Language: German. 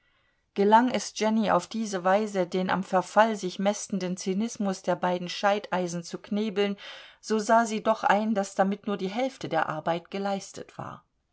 gelang es jenny auf diese weise den am verfall sich mästenden zynismus der beiden scheideisen zu knebeln so sah sie doch ein daß damit nur die hälfte der arbeit geleistet war